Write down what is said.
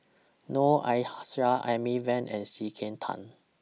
Noor Aishah Amy Van and C K Tang